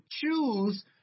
choose